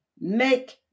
make